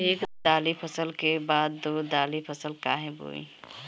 एक दाली फसल के बाद दो डाली फसल काहे बोई?